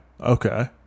Okay